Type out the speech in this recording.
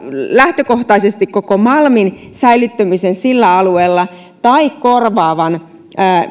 lähtökohtaisesti koko malmin säilyttämiseksi sillä alueella tai korvaavan